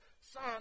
Son